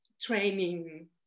training